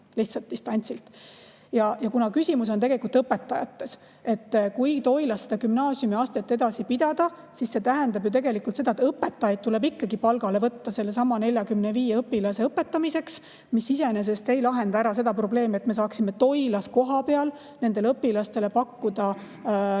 Küsimus on õpetajates. Kui Toilas gümnaasiumiastet edasi pidada, siis see tähendab ju tegelikult seda, et õpetajaid tuleb ikkagi palgale võtta sellesama 45 õpilase õpetamiseks. Aga see iseenesest ei lahenda seda probleemi, et me saaksime Toilas kohapeal nendele õpilastele pakkuda rohkem